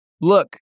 look